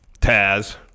Taz